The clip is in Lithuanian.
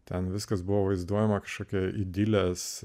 ten viskas buvo vaizduojama kažkokia idiles